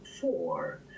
four